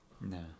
No